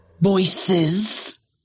Voices